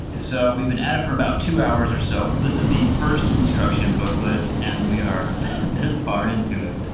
so we've been at it for about two hours or so. this is the first instruction booklet and we are this far into it.